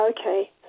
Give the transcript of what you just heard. Okay